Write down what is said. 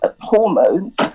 hormones